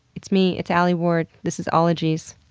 it's me, it's alie ward. this is ologies.